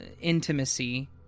intimacy